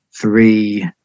three